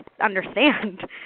understand